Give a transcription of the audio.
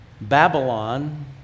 Babylon